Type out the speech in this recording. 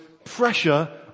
Pressure